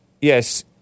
yes